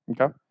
okay